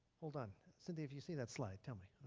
hold on. cynthia if you see that slide, tell me.